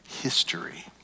history